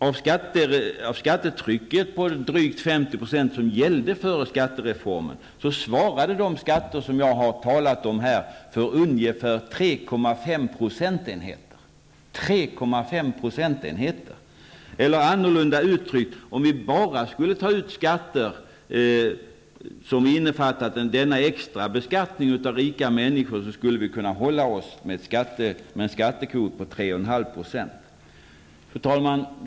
Av det skattetryck på drygt 50 % som gällde före skattereformen svarade de skatter jag här har talat om för ungefär 3,5 procentenheter -- 3,5 procentenheter! Annorlunda uttryckt: Om vi bara skulle ta ut skatter som innefattade denna extra beskattning av rika människor, skulle vi kunna hålla oss med en skattekvot på 3,5 %. Fru talman!